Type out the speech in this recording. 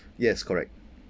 yes correct